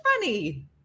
funny